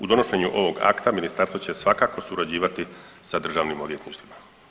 U donošenju ovog akta, Ministarstvo će svakako surađivati sa državnim odvjetništvima.